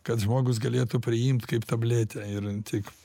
kad žmogus galėtų priimt kaip tabletę ir tik